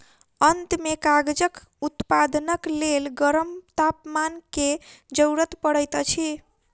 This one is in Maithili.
अंत में कागजक उत्पादनक लेल गरम तापमान के जरूरत पड़ैत अछि